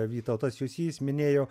vytautas jusys minėjo